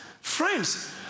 friends